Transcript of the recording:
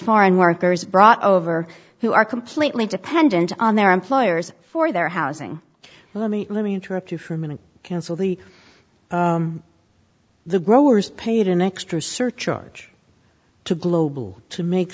foreign workers brought over who are completely dependent on their employers for their housing let me let me interrupt you for a minute cancel the the growers paid an extra surcharge to globe to make